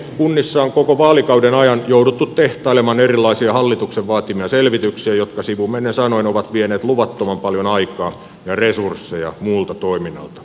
kunnissa on koko vaalikauden ajan jouduttu tehtailemaan erilaisia hallituksen vaatimia selvityksiä jotka sivumennen sanoen ovat vieneet luvattoman paljon aikaa ja resursseja muulta toiminnalta